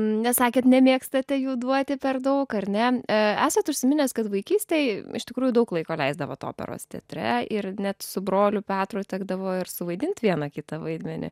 nes sakėt nemėgstate jų duoti per daug ar ne esat užsiminęs kad vaikystėj iš tikrųjų daug laiko leisdavot operos teatre ir net su broliu petru tekdavo ir suvaidint vieną kitą vaidmenį